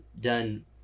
done